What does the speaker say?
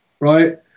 right